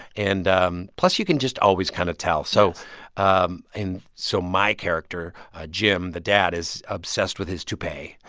and um plus, you can just always kind of tell. so um and so my character, ah jim, the dad, is obsessed with his toupee.